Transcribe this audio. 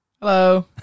Hello